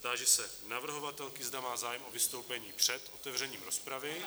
Táži se navrhovatelky, zda má zájem o vystoupení před otevřením rozpravy.